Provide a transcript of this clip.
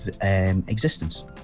existence